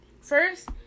first